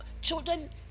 children